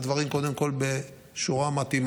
זה בשביל לשים את הדברים קודם כול בשורה המתאימה.